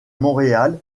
montréal